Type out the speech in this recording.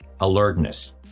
alertness